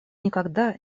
никогда